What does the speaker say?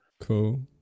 Cool